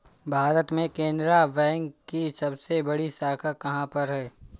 भारत में केनरा बैंक की सबसे बड़ी शाखा कहाँ पर है?